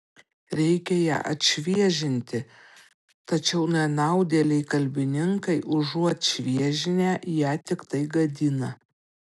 reikia ją atšviežinti tačiau nenaudėliai kalbininkai užuot šviežinę ją tiktai gadina